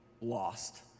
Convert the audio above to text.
lost